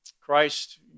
Christ